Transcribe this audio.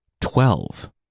Twelve